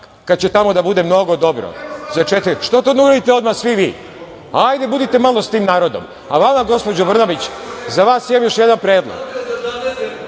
kada će tamo da bude mnogo dobro. Što to ne uradite odmah svi vi? Hajde budite malo sa tim narodom. Gospođo Brnabić, za vas imam još jedan predlog